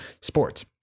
sports